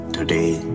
Today